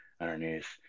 underneath